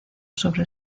sobre